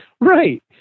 right